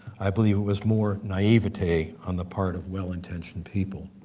i believe it was more nativity on the part of well-intentioned people.